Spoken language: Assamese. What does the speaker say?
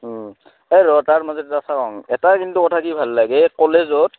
এই ৰ তাৰ মাজত এটা কথা কওঁ এটা কিন্তু কথা কি ভাল লাগে কলেজত